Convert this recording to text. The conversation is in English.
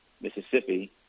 Mississippi